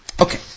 Okay